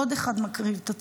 עוד אחד מקריב את עצמו.